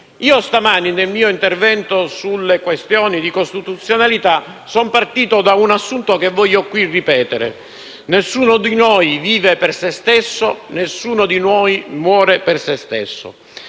Stamane, nel mio intervento sulle questioni pregiudiziali di costituzionalità, sono partito da un assunto che voglio qui ripetere: nessuno di noi vive per se stesso, nessuno di noi muore per se stesso.